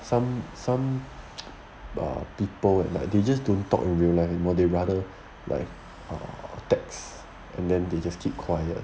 some some err people and like they just don't talk in real life anymore they rather like text and then they just keep quiet